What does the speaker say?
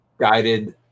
guided